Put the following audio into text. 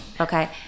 okay